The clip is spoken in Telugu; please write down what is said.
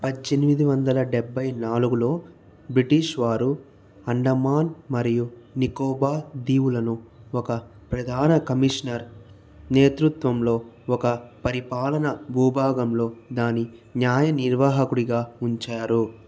పద్దెనిమిది వందల డెబ్భై నాలుగులో బ్రిటీష్ వారు అండమాన్ మరియు నికోబార్ దీవులను ఒక ప్రధాన కమిషనర్ నేతృత్వంలోని ఒక పరిపాలనా భూభాగంలో దాని న్యాయ నిర్వాహకుడిగా ఉంచారు